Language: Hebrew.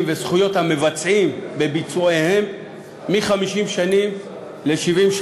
וזכויות המבצעים בביצועיהם מ-50 שנים ל-70.